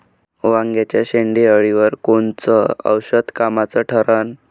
वांग्याच्या शेंडेअळीवर कोनचं औषध कामाचं ठरन?